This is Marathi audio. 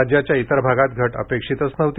राज्याच्या इतर भागात घट अपेक्षितच नव्हती